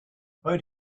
boat